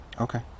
Okay